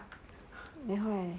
then 后来 leh